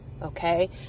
Okay